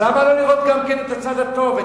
אז למה לא לראות גם את הצד הטוב?